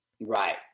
Right